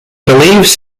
believes